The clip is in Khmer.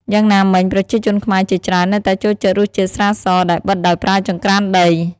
យ៉ាងណាមិញ ប្រជាជនខ្មែរជាច្រើននៅតែចូលចិត្តរសជាតិស្រាស ដែលបិតដោយប្រើចង្រ្កានដី។